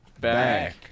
back